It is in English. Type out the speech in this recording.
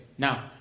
Now